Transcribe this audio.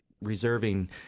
reserving